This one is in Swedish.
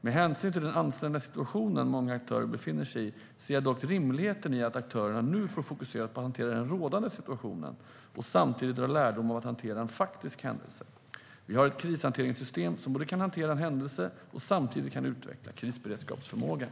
Med hänsyn till den ansträngda situation många aktörer befinner sig i ser jag dock rimligheten i att aktörerna nu får fokusera på att hantera den rådande situationen och samtidigt dra lärdom av att hantera en faktisk händelse. Vi har ett krishanteringssystem som kan hantera en händelse och samtidigt utveckla krisberedskapsförmågan.